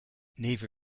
neither